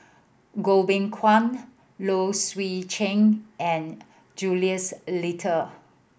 Goh Beng Kwan Low Swee Chen and Jules Itier